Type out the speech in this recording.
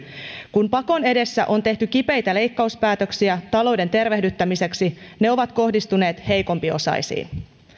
kun pakon edessä on tehty kipeitä leikkauspäätöksiä talouden tervehdyttämiseksi ne ovat kohdistuneet heikompiosaisiin